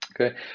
okay